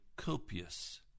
copious